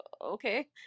okay